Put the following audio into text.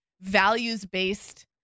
values-based